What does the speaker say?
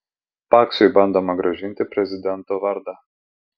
paksiui bandoma grąžinti prezidento vardą